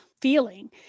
feeling